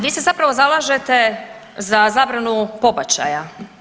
Vi se zapravo zalažete za zabranu pobačaja.